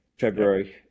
February